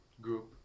group